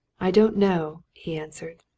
i don't know, he answered.